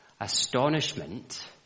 astonishment